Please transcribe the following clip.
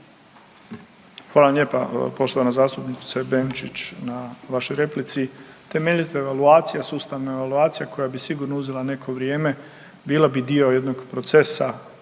vam lijepa poštovana zastupnice Benčić na vašoj replici. Temeljita evaluacija, sustavna evaluacija koja bi sigurno uzela neko vrijeme bila bi dio jednog procesa